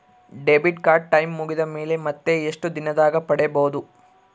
Debit card time ಮುಗಿದ ಮೇಲೆ ಮತ್ತೆ ಎಷ್ಟು ದಿನದಾಗ ಪಡೇಬೋದು?